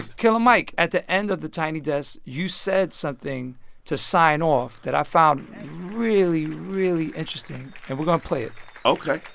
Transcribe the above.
killer mike, at the end of the tiny desk, you said something to sign off that i found really, really interesting and we're going to play it ok